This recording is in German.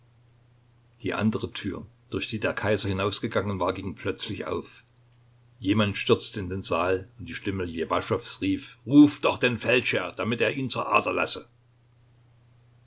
die andere tür durch die der kaiser hinausgegangen war ging plötzlich auf jemand stürzte in den saal und die stimme ljewaschows rief ruft doch den feldscher damit er ihn zur ader lasse